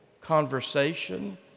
conversation